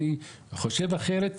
אני חושב אחרת,